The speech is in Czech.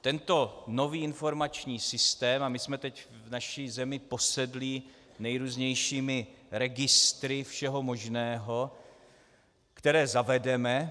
Tento nový informační systém a my jsme teď v naší zemi posedlí nejrůznějšími registry všeho možného, které zavedeme.